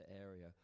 area